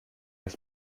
ich